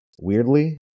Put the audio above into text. Weirdly